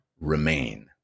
remain